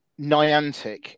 Niantic